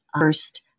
first